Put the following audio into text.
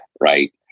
right